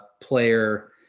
player